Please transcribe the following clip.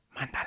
Mandala